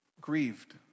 grieved